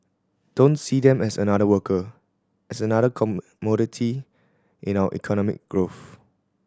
don't see them as another worker as another commodity in our economic growth